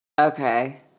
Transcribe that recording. Okay